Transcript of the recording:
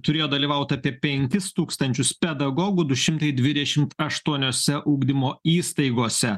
turėjo dalyvaut apie penkis tūkstančius pedagogų du šimtai dvidešimt aštuoniose ugdymo įstaigose